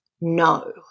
no